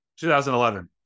2011